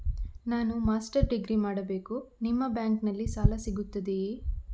ನಾನು master degree ಮಾಡಬೇಕು, ನಿಮ್ಮ ಬ್ಯಾಂಕಲ್ಲಿ ಸಾಲ ಸಿಗುತ್ತದೆಯೇ?